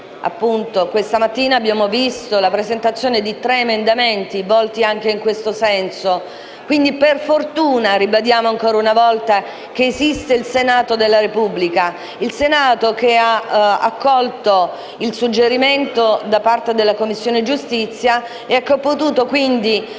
Questa mattina abbiamo visto la presentazione di tre emendamenti volti in questo senso. Per fortuna - ribadiamo ancora una volta - che esiste il Senato della Repubblica! Il Senato, che ha accolto il suggerimento da parte della Commissione giustizia e che ha potuto, quindi,